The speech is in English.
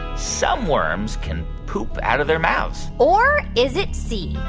some worms can poop out of their mouths? or is it c,